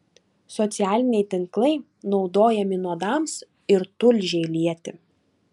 socialiniai tinklai naudojami nuodams ir tulžiai lieti